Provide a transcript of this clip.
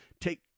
take